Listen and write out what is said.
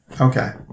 Okay